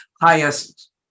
highest